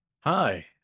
Hi